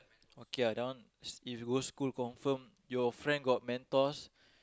okay that one if you go school confirm your friend got Mentos